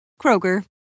Kroger